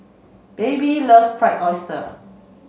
baby love fried oyster